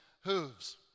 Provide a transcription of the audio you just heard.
hooves